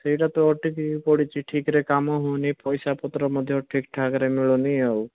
ସେଇଟା ତ ଅଟକି କି ପଡ଼ିଛି ଠିକ୍ ରେ କାମ ହଉନି ପଇସାପତ୍ର ମଧ୍ୟ ଠିକ୍ ଠାକ୍ ରେ ମିଳୁନି ଆଉ